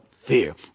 fear